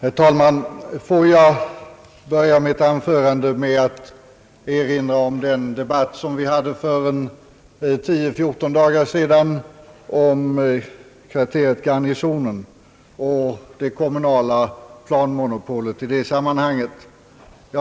Herr talman! Låt mig börja mitt anförande med att erinra om den debatt som vi förde här för ungefär 14 dagar sedan om kvarteret Garnisonen och det kommunala planmonopolet i det sammanhanget.